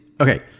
Okay